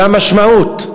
זו המשמעות,